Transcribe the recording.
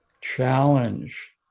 challenge